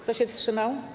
Kto się wstrzymał?